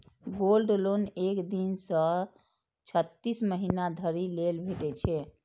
gold loan एक दिन सं छत्तीस महीना धरि लेल भेटै छै